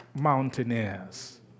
mountaineers